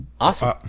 Awesome